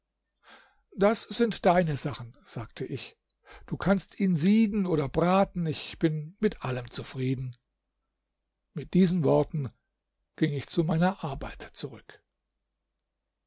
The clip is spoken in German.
das sind deine sachen sagte ich du kannst ihn sieden oder braten ich bin mit allem zufrieden mit diesen worten ging ich zu meiner arbeit zurück